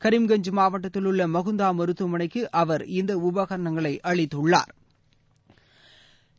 கரீம்கஞ்ச் மாவட்டத்திலுள்ள மகுந்தா மருத்துவமனைக்கு அவர் இந்த உபகரணங்களை அளித்துள்ளா்